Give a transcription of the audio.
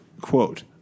quote